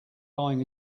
buying